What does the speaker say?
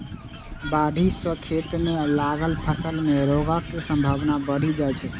बाढ़ि सं खेत मे लागल फसल मे रोगक संभावना बढ़ि जाइ छै